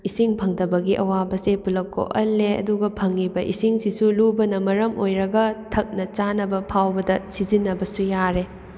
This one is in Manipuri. ꯏꯁꯤꯡ ꯐꯪꯗꯕꯒꯤ ꯑꯋꯥꯕꯁꯦ ꯄꯨꯂꯞ ꯀꯣꯛꯍꯜꯂꯦ ꯑꯗꯨꯒ ꯐꯪꯉꯤꯕ ꯏꯁꯤꯡꯁꯤꯁꯨ ꯂꯨꯕꯅ ꯃꯔꯝ ꯑꯣꯏꯔꯒ ꯊꯛꯅ ꯆꯥꯅꯕ ꯐꯥꯎꯕꯗ ꯁꯤꯖꯤꯟꯅꯕꯁꯨ ꯌꯥꯔꯦ